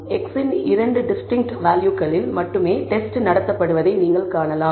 X இன் 2 distinct வேல்யூகளில் மட்டுமே டெஸ்ட் நடத்தப்படுவதை நீங்கள் காணலாம்